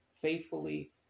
faithfully